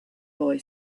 boy